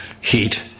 heat